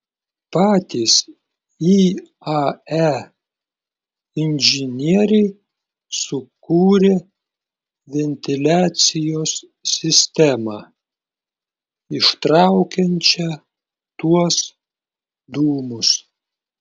patys iae inžinieriai sukūrė ventiliacijos sistemą ištraukiančią tuos dūmus